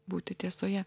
būti tiesoje